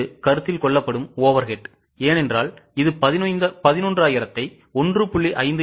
இது கருத்தில் கொள்ளப்படும் overhead ஏனெனில் இது 11000 ஐ1